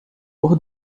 pôr